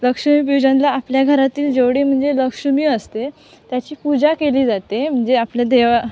लक्ष्मीपूजनाला आपल्या घरातील जेवढी म्हणजे लक्ष्मी असते त्याची पूजा केली जाते म्हणजे आपले देव